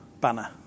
banner